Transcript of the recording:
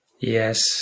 yes